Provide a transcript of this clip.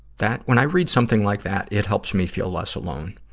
that, when i read something like that, it helps me feel less alone.